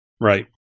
Right